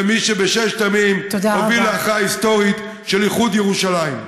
ומי שבששת הימים הוביל להכרעה היסטורית של איחוד ירושלים.